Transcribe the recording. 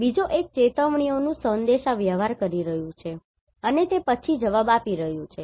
બીજો એક ચેતવણીઓનું સંદેશાવ્યવહાર કરી રહ્યું છે અને તે પછી જવાબ આપી રહ્યું છે